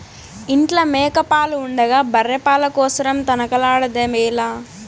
ఇంట్ల మేక పాలు ఉండగా బర్రె పాల కోసరం తనకలాడెదవేల